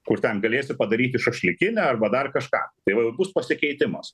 kur ten galėsi padaryti šašlykinę arba dar kažką tai va jau bus pasikeitimas